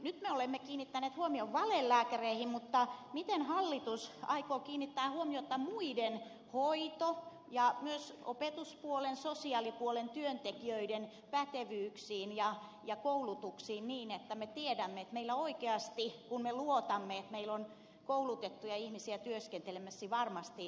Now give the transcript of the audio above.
nyt me olemme kiinnittäneet huomion valelääkäreihin mutta miten hallitus aikoo kiinnittää huomiota muiden hoito ja myös opetuspuolen sosiaalipuolen työntekijöiden pätevyyksiin ja koulutuksiin niin että meillä oikeasti kun me luotamme että meillä on koulutettuja ihmisiä työskentelemässä varmasti näin on